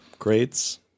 Grades